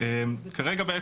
כרגע,